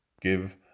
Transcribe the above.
Give